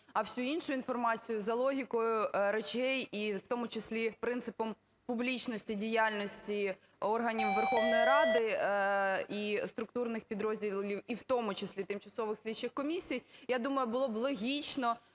а всю іншу інформацію за логікою речей і в тому числі принципом публічності діяльності органів Верховної Ради і структурних підрозділів, і в тому числі тимчасових слідчих комісій, я думаю, було б логічно,